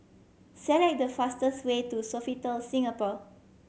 select the fastest way to Sofitel Singapore